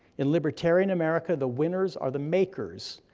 in libertarian america the winners are the makers,